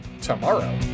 tomorrow